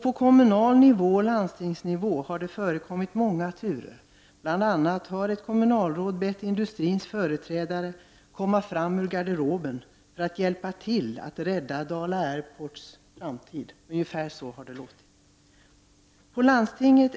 På kommunal nivå och på landstingsnivå har det förekommit många turer. Bl.a. har ett kommunalråd i princip bett industrins företrädare att komma fram ur garderoben för att hjälpa till att rädda Dala Airports framtid.